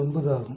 9 ஆகும்